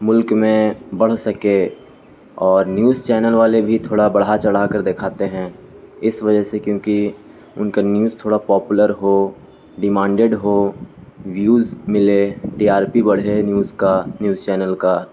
ملک میں بڑھ سکے اور نیوز چینل والے بھی تھوڑا بڑھا چڑھا کر دھاتے ہیں اس وجہ سے کیونکہ ان کا نیوز تھوڑا پاپولر ہو ڈیمانڈیڈ ہو ویوز ملے ڈی آر پی بڑھے نیوز کا نیوز چینل کا